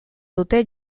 dute